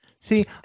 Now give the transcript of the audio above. see